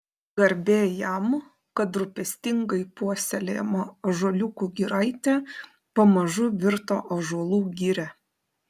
garbė jam kad rūpestingai puoselėjama ąžuoliukų giraitė pamažu virto ąžuolų giria